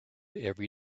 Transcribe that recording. every